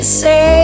say